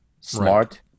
Smart